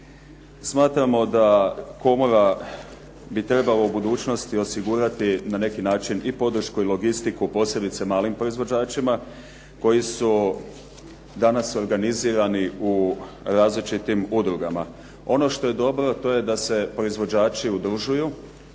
Smatramo da komora bi trebala u budućnosti osigurati na neki način i podršku i logistiku posebice malim proizvođačima koji su danas organizirani danas u različitim udrugama. Ono što je dobro to je da se proizvođači udružuju.